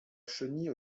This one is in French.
chenille